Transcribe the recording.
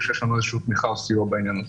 שיש לנו איזשהו תמיכה או סיוע בעניין הזה,